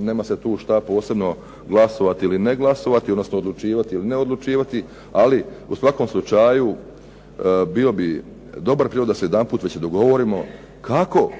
nema se tu šta posebno glasovati ili ne glasovati odnosno odlučivati ili ne odlučivati ali u svakom slučaju bio bi dobar prijedlog da se jedanput već dogovorimo kako